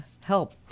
help